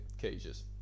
cages